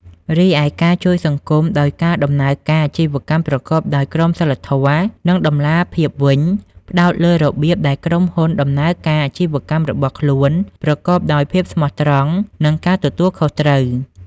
រីឯការជួយសង្គមដោយការដំណើរការអាជីវកម្មប្រកបដោយក្រមសីលធម៌ និងតម្លាភាពវិញ ផ្តោតលើរបៀបដែលក្រុមហ៊ុនដំណើរការអាជីវកម្មរបស់ខ្លួនប្រកបដោយភាពស្មោះត្រង់ និងការទទួលខុសត្រូវ។